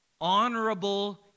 honorable